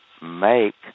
make